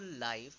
life